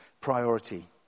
priority